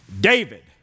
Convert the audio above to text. David